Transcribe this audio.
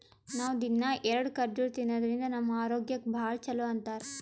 ನಾವ್ ದಿನ್ನಾ ಎರಡ ಖರ್ಜುರ್ ತಿನ್ನಾದ್ರಿನ್ದ ನಮ್ ಆರೋಗ್ಯಕ್ ಭಾಳ್ ಛಲೋ ಅಂತಾರ್